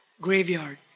graveyard